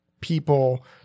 people